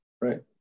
right